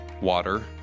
water